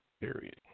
period